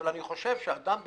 אבל אני חושב שאדם בתפקידו,